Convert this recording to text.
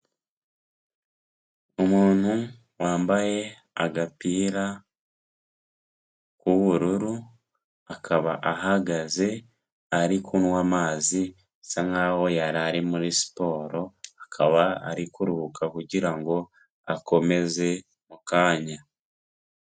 Umuntu wambaye agapira k'ubururu, akaba ahagaze ari kunywa amazi asa nk'aho yarari muri siporo akaba ari kuruhuka kugira ngo akomeze mukanya.